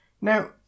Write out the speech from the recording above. now